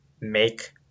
make